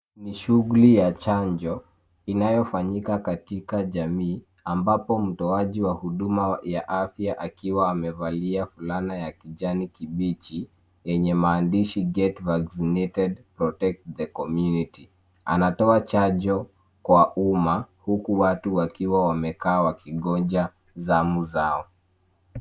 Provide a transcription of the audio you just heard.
Ni shughuli ya chanjo inayofanyika katika jamii ambapo mtoaji wa huduma ya afya akiwa amevalia fulana ya kijani kibichi yenye maandishi get vaccinated protect the community . Anatoa chanjo kwa umma huku watu wakiwa wamekaa wakingoja zamu zao.